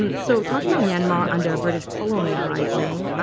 um so talking about myanmar under british colonializing.